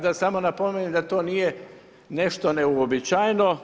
Da samo napomenem, da to nije nešto neuobičajeno.